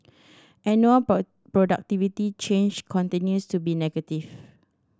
annual productivity change continues to be negative